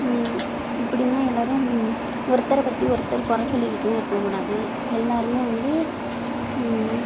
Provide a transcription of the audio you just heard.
எப்படினா எல்லாேரும் ஒருத்தரை பற்றி ஒருத்தர் குறை சொல்லிக்கிட்டெலாம் இருக்கக்கூடாது எல்லாேருமே வந்து